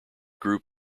group